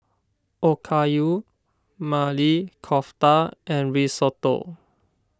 Okayu Maili Kofta and Risotto